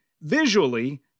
visually